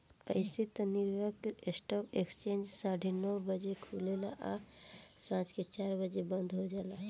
अइसे त New York stock exchange साढ़े नौ बजे खुलेला आ सांझ के चार बजे बंद हो जाला